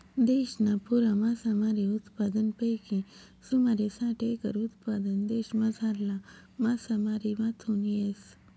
देशना पुरा मासामारी उत्पादनपैकी सुमारे साठ एकर उत्पादन देशमझारला मासामारीमाथून येस